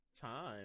time